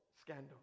scandal